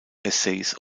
essays